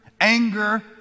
anger